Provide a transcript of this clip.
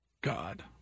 God